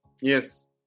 Yes